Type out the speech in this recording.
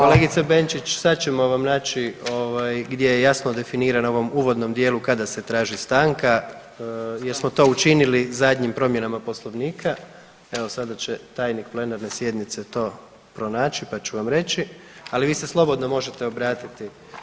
Kolegice Benčić sad ćemo vam naći ovaj gdje je jasno definirana u ovom uvodnom dijelu kada se traži stanka jer smo to učinili zadnjim promjenama Poslovnika, evo sada će tajnik plenarne sjednice to pronaći pa ću vam reći, ali vi se slobodno možete obratiti.